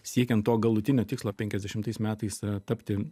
siekiant to galutinio tikslo penkiasdešimtais metais tapti